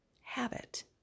habit